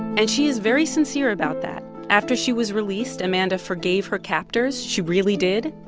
and she is very sincere about that. after she was released, amanda forgave her captors. she really did.